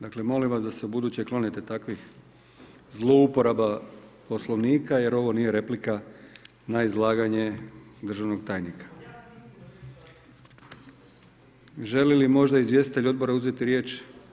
Dakle, molim vas da se ubuduće klonite takvih zlouporaba Poslovnika jer ovo nije replika na izlaganje državnog tajnika. … [[Upadica Pernar: Ne čuje se.]] Želi li možda izvjestitelj Odbora uzeti riječ?